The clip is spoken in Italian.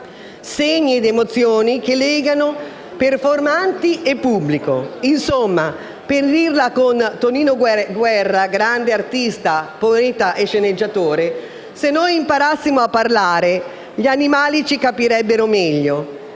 segni ed emozioni che legano performanti e pubblico. Insomma, per dirla con Tonino Guerra, grande artista, poeta e sceneggiatore, se noi imparassimo a parlare, gli animali ci capirebbero meglio.